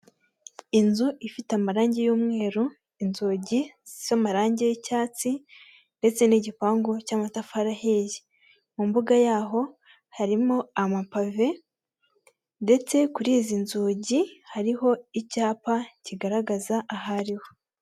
Inzu ifite amarangi y'umweru inzugi zisize amarangi y'icyatsi ndetse n'igipangu cy'amatafari ahiye, mu mbuga yaho harimo amapave ndetse kuri izi nzugi hariho icyapa kigaragaza aho ariho.